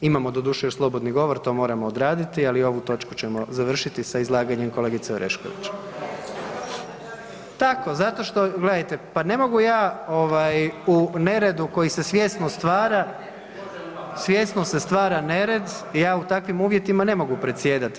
Imamo doduše još slobodni govor, to moramo odraditi, ali ovu točku ćemo završiti sa izlaganjem kolegice Orešković … [[Upadica: Ne razumije se.]] tako zato što, gledajte pa ne mogu ja ovaj u neredu koji se svjesno stvara, svjesno se stvara nered ja u takvim uvjetima ne mogu predsjedati.